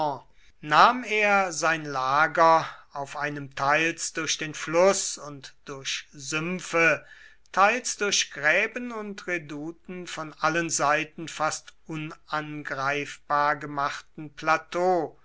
nahm er sein lager auf einem teils durch den fluß und durch sümpfe teils durch gräben und redouten von allen seiten fast unangreifbar gemachten plateau